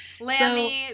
Lammy